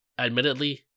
Admittedly